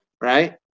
right